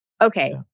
okay